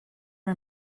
are